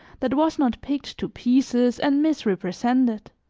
that was not picked to pieces and misrepresented.